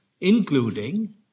including